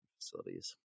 facilities